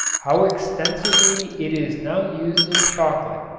how extensively it is now used in chocolate,